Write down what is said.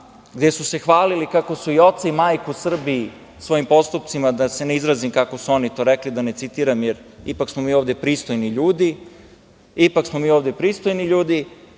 gde su se hvalili kako su i oca i majku Srbiji svojim postupcima, da se ne izrazim kako su oni to rekli, da ne citiram, jer ipak smo mi ovde pristojni ljudi, ali znaju odlično građani